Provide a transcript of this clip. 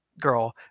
girl